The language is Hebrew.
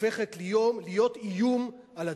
הופכת להיות איום על הדמוקרטיה.